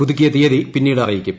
പുതുക്കിയ തീയതി പിന്നീട് അറിയിക്കും